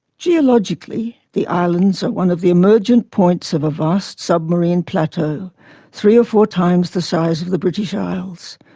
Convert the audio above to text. geologically, the islands are one of the emergent points of a vast submarine plateau, some three or four times the size of the british isles.